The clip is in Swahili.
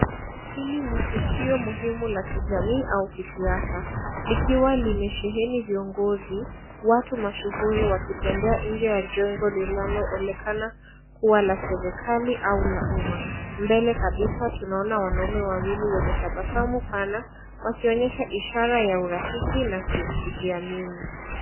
Hili ni tukio muhimu la kijamii au kisiasa likiwa limesheheni viongozi watu mashuhuri wakitembea nje ya jengo linaloonekana kuwa la serikali au la umma mbele kabisa tunaona wanaume wawili wenye tabasamu pana wakionyesha ishara ya urafiki na kujiamini.